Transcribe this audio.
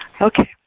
okay